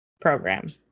program